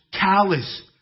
callous